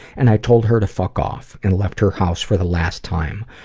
and i told her to fuck off and left her house for the last time,